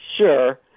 Sure